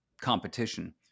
competition